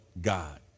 God